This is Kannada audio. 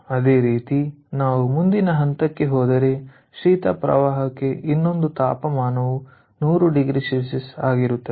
ಅದೇ ರೀತಿ ನಾವು ಮುಂದಿನ ಹಂತಕ್ಕೆ ಹೋದರೆ ಶೀತ ಪ್ರವಾಹಕ್ಕೆ ಇನ್ನೊಂದು ತಾಪಮಾನವು 100oC ಆಗಿರುತ್ತದೆ